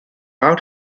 out